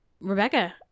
Rebecca